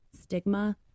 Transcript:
stigma